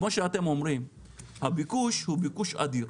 כמו שאתם אומרים, הביקוש הוא ביקוש אדיר.